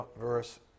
verse